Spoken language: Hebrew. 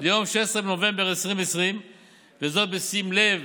ליום 16 בנובמבר 2020. זאת, בשים לב